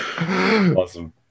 Awesome